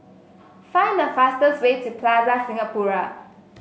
find the fastest way to Plaza Singapura